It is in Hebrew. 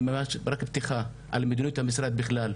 היא תפתח על מדיניות המשרד בכלל.